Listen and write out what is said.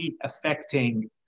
affecting